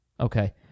Okay